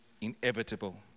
inevitable